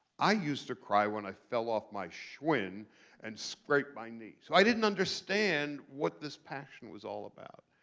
i used to cry when i fell off my schwinn and scraped my knee. so i didn't understand what this passion was all about.